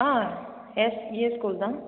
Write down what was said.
ஆ SVS school தான்